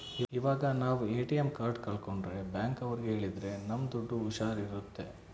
ಇವಾಗ ನಾವ್ ATM card ಕಲ್ಕೊಂಡ್ರೆ ಬ್ಯಾಂಕ್ ಅವ್ರಿಗೆ ಹೇಳಿದ್ರ ನಮ್ ದುಡ್ಡು ಹುಷಾರ್ ಇರುತ್ತೆ